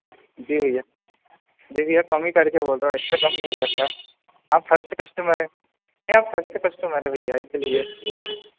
जी भैया जी भैया कम ही कर के बोल रहा हूँ इससे कम नहीं हो सकता आप फर्स्ट कस्टमर हैं आप फर्स्ट कस्टमर हैं भैया इसीलिए